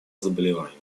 заболеваний